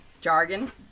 Jargon